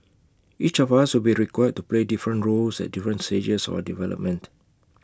each of us will be required to play different roles at different stages or development